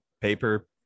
Paper